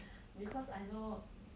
because I know